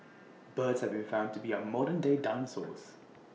birds have been found to be our modernday dinosaurs